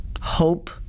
Hope